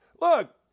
Look